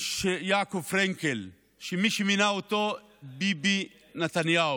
יעקב פרנקל, שמי שמינה אותו היה ביבי נתניהו,